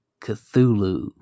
Cthulhu